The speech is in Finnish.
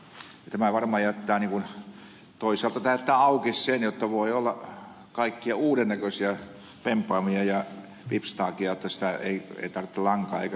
toisaalta tämä jättää auki sen jotta voi olla kaikkia uuden näköisiä vempaimia ja vipstaakeja jotta ei tarvitse lankaa eikä kohta mitään muutakaan